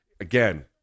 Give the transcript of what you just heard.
Again